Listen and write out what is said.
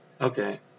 Okay